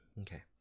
Okay